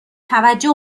توجه